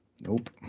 Nope